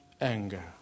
anger